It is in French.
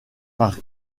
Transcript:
par